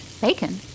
Bacon